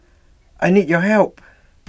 I need your help